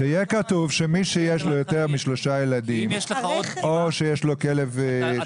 שיהיה כתוב שמי שיש לו יותר משלושה ילדים או שיש לו שירות,